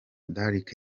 d’arc